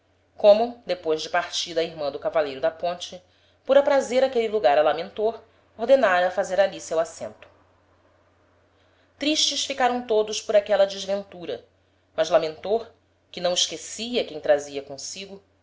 como depois de partida a irman do cavaleiro da ponte por aprazer aquele lugar a lamentor ordenára fazer ali seu assento tristes ficaram todos por aquela desventura mas lamentor que não esquecia quem trazia consigo